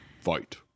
Fight